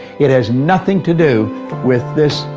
it has nothing to do with this,